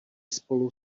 spolu